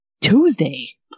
Tuesday